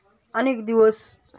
अनेक दिवस